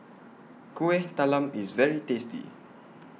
Kuih Talam IS very tasty